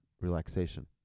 relaxation